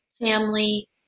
family